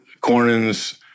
Cornyn's